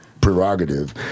prerogative